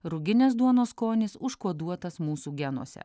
ruginės duonos skonis užkoduotas mūsų genuose